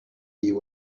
you